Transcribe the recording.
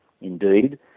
Indeed